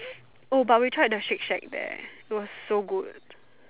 oh but we tried the shake shack there it was so good